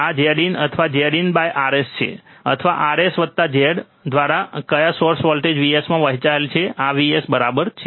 આ Zin અથવા ZinRs છે અથવા Rs વત્તા Z દ્વારા કયા સોર્સ વોલ્ટેજ Vs માં વહેંચાય છે આ Vs બરાબર છે